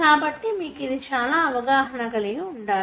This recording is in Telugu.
కాబట్టి మీకు ఇది చాలా అవగాహన కలిగి ఉండాలి